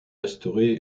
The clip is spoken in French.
restauré